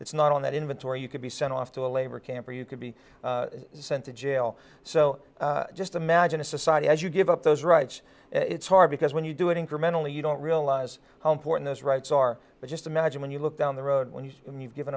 that's not on that inventory you could be sent off to a labor camp or you could be sent to jail so just imagine a society has you give up those rights it's hard because when you do it incrementally you don't realize how important those rights are but just imagine when you look down the road when you see him you've given